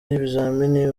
y’ibizamini